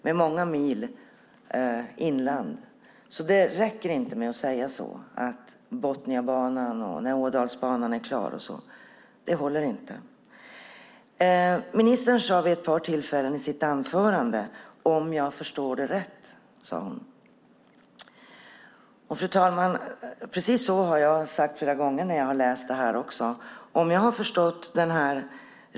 Det räcker alltså inte med att säga att det löser sig när Botniabanan och Ådalsbanan är klara. Ministern sade vid ett par tillfällen i sitt anförande "om jag förstår det rätt". Precis så har jag sagt flera gånger, fru talman, när jag läst remissen, alltså om jag förstått den rätt.